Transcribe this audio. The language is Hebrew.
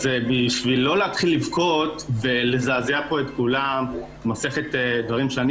אז בשביל לא להתחיל לבכות ולזעזע את כולם על מסכת הדברים שאני